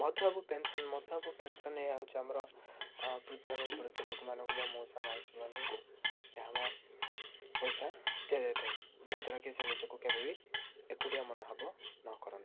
Madhubabu pension Madhubabu pension ଏହା ହେଉଛି ଆମର ବୃଦ୍ଧ ଏବଂ ବୃଦ୍ଧୀ ଲୋକମାନଙ୍କୁ ବା ମଉସା ମାଉସୀମାନଙ୍କୁ ଏହା ଆମ ପଇସା ଦିଆଯାଇଥାଏ ଯାହାଦ୍ୱାରାକି ସେ ନିଜକୁ କେବେ ବି ଏକୁଟିଆ ମନଭାବ ନ କରନ୍ତି